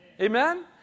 Amen